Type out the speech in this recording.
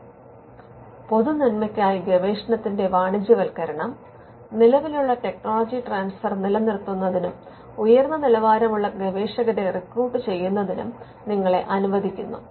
1 പൊതുനന്മയ്ക്കായി ഗവേഷണത്തിന്റെ വാണിജ്യവൽക്കരണം 2 നിലവിലുള്ള ടെക്നോളജി ട്രാൻസ്ഫർ നിലനിർത്തുന്നതിനും ഉയർന്ന നിലവാരമുള്ള ഗവേഷകരെ റിക്രൂട്ട് ചെയ്യുന്നതിനും നിങ്ങളെ അനുവദിക്കുന്നു